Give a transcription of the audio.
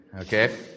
Okay